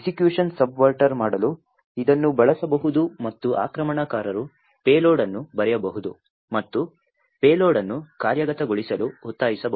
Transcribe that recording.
execution subverter ಮಾಡಲು ಇದನ್ನು ಬಳಸಬಹುದು ಮತ್ತು ಆಕ್ರಮಣಕಾರರು ಪೇಲೋಡ್ ಅನ್ನು ಬರೆಯಬಹುದು ಮತ್ತು ಪೇಲೋಡ್ ಅನ್ನು ಕಾರ್ಯಗತಗೊಳಿಸಲು ಒತ್ತಾಯಿಸಬಹುದು